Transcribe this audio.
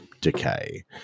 decay